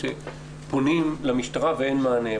שפונים למשטרה ואין מענה.